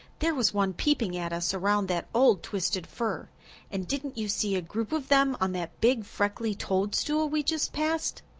there was one peeping at us around that old twisted fir and didn't you see a group of them on that big freckly toadstool we just passed?